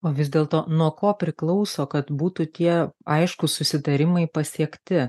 o vis dėlto nuo ko priklauso kad būtų tie aiškūs susitarimai pasiekti